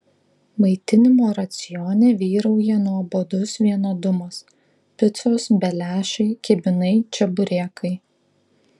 maitinimo racione vyrauja nuobodus vienodumas picos beliašai kibinai čeburekai